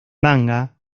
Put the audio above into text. manga